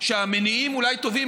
שהמניעים שלה אולי טובים,